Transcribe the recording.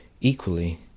equally